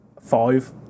Five